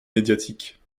médiatique